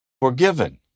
forgiven